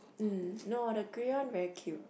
mm no the grey one very cute